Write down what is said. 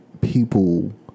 people